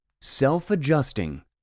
Self-adjusting